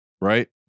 right